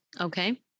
Okay